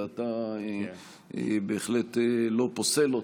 ואתה בהחלט לא פוסל אותו,